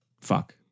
Fuck